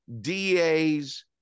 DAs